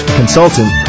consultant